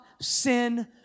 sin